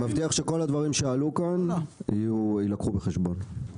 אני מבטיח שכל הדברים שעלו כאן יילקחו בחשבון.